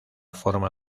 forma